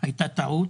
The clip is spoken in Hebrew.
הייתה טעות,